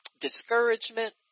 discouragement